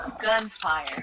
gunfire